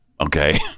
Okay